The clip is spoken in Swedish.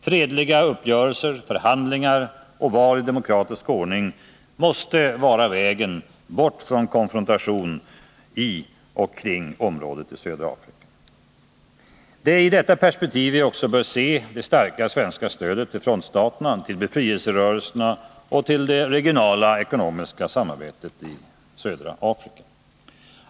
Fredliga uppgörelser, förhandlingar och val i demokratisk ordning måste vara vägen bort från konfrontation i södra Afrika. Det är i detta perspektiv vi också bör se det starka svenska stödet till frontstaterna, till befrielserörelserna och till det regionala ekonomiska samarbetet i södra Afrika.